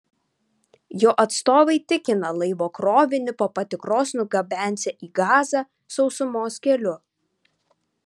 jo atstovai tikina laivo krovinį po patikros nugabensią į gazą sausumos keliu